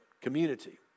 community